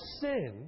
sin